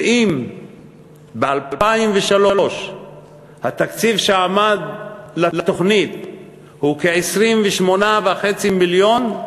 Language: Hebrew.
ואם ב-2003 התקציב שעמד לתוכנית הוא כ-28.5 מיליון,